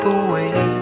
away